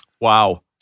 Wow